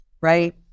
right